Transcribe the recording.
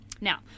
Now